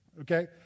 okay